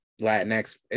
latinx